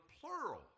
plural